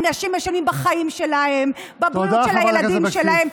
אנשים משלמים בחיים שלהם, בבריאות של הילדים שלהם,